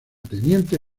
teniente